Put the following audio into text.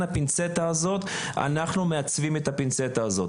אנחנו מעצבים את הפינצטה הזאת.